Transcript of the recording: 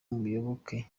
muyoboke